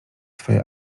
swoje